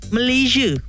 Malaysia